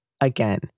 Again